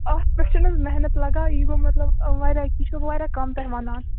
اَتھ پٮ۪ٹھ چھِںَہ حظ محنت لاگان یہِ گوٚو مطلب وارِیاہ یہِ چھُ وارِیاہ کَم تُہۍ وَنان